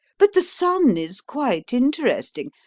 but the son is quite interesting.